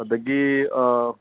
ꯑꯗꯒꯤ